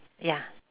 ya